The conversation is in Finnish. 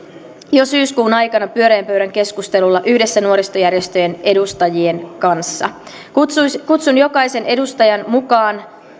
jo syyskuun aikana pyöreän pöydän keskustelulla yhdessä nuorisojärjestöjen edustajien kanssa kutsun jokaisen edustajan mukaan